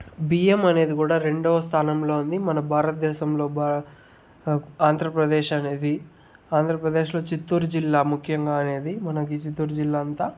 బియ్యం అనేది కూడా రెండవ స్థానంలో ఉంది మన భారత దేశంలో ఆంధ్రప్రదేశ్ అనేది ఆంధ్రప్రదేశ్లో చిత్తూరు జిల్లా ముఖ్యంగా అనేది మనకి చిత్తూరు జిల్లా అంతా